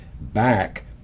back